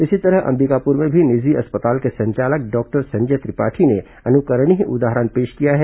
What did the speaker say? इसी तरह अंबिकापुर में भी निजी अस्पताल के संचालक डॉक्टर संजय त्रिपाठी ने अनुकरणीय उदाहरण पेश किया है